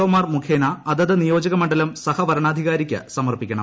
ഒമാർ മുഖേന അതാത് നിയോജക മണ്ഡലം സഹ വരണാധികാരിക്ക് സമർപ്പിക്കണം